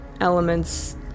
elements